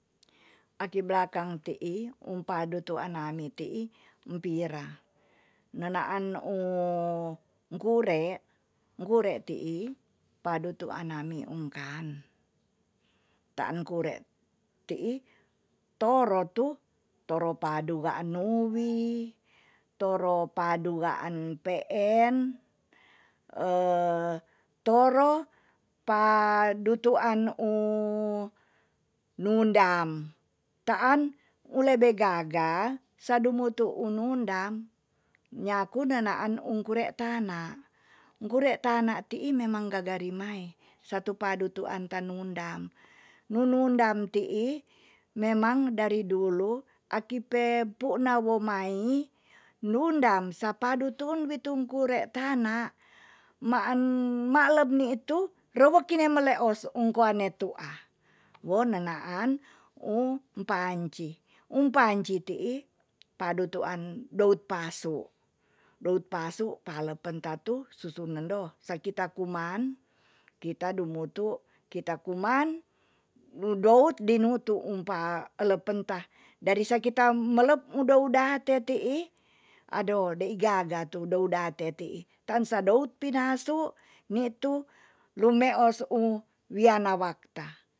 Aki belakang ti'i um padutuan nami ti'i empira. ne naan kure- kure ti'i padutuan nami un kan. taan kure ti'i toro tu toro paduaan nuwi, toro paduaan peen, toro padutuan nundam. taan lebe gaga sadumu tu nundam nyaku nenaan un kure tana. kure tana ti'i memang gaga rimai. satu padu tuan tanundam. nu nundam ti'i memang dari dulu aki pe pu na womai, nundam sapa du tuun wi tung kure tanak ma an mak lep ni itu rewek ma leos ung kwa ne tu'a. wo nena an um panci. um panci ti'i padutuan dout pasu. dout pasu palepen tatu susut nendo sekita kuman kita dumutu kita kuman du dout di nutu empa elepenta dari sa kita melep udo udate ti'i ado dai gaga tu doudate ti'i taun sa dout pinasu ni tu lumeos wiana wakta.